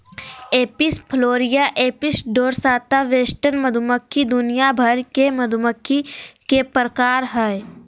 Apis florea, Apis dorsata, western मधुमक्खी दुनिया भर के मधुमक्खी के प्रकार हय